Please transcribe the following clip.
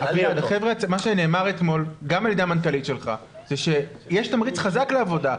מה שנאמר אתמול על ידי המנכ"לית שלך זה שיש תמריץ חזק לעבודה.